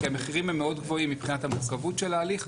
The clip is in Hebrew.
כי המחירים הם מאוד גבוהים מבחינת המורכבות של ההליך.